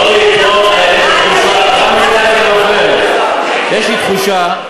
אורלי, אורלי, יש לי תחושה,